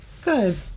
good